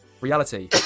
Reality